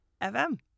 fm